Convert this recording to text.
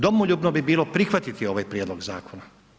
Domoljubno bi bilo prihvatiti ovaj prijedlog zakona.